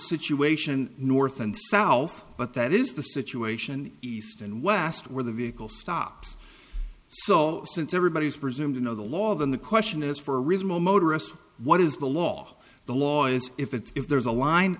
situation north and south but that is the situation east and west where the vehicle stops so since everybody's presume to know the law then the question is for a reasonable motorist what is the law the law is if it's if there's a line